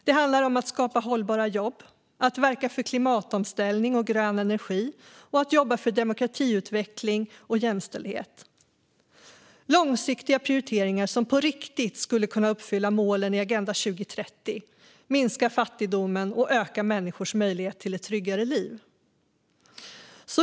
Det handlar om att skapa hållbara jobb, att verka för klimatomställning och grön energi och att jobba för demokratiutveckling och jämställdhet - långsiktiga prioriteringar som på riktigt skulle kunna uppfylla målen i Agenda 2030, minska fattigdomen och öka människors möjligheter till ett tryggare liv.